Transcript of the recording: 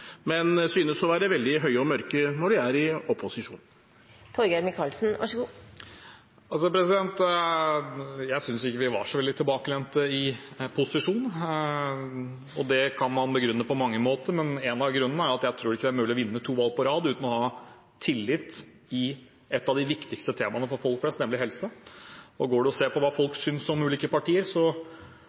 men synes å være veldig høye og mørke når de er i opposisjon? Jeg synes ikke vi var så veldig tilbakelente i posisjon. Det kan man begrunne på mange måter, men en av grunnene er at jeg tror ikke det er mulig å vinne to valg på rad uten å ha tillit i et av de viktigste temaene for folk flest, nemlig helse. Ser en på hva folk synes om ulike partier,